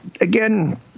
again